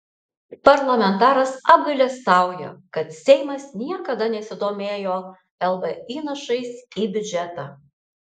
parlamentaras apgailestauja kad seimas niekada nesidomėjo lb įnašais į biudžetą